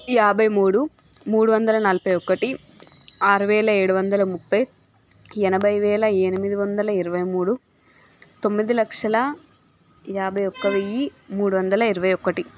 యాభై మూడు మూడు వందల నలభై ఒకటి ఆరువేల ఏడువందల ముప్పై ఎనభై వేల ఎనిమిది వందల ఇరవై మూడు తొమ్మిది లక్షల యాభై ఒక్క వెయ్యి మూడు వందల ఇరవై ఒకటి